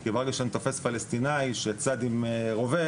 כי ברגע שאני תופס פלסטינאי שצד עם רובה,